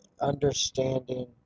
understanding